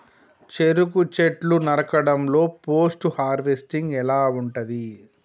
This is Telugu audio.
చెరుకు చెట్లు నరకడం లో పోస్ట్ హార్వెస్టింగ్ ఎలా ఉంటది?